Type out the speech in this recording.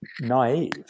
naive